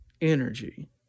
energy